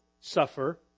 suffer